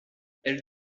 elle